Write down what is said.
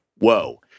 Whoa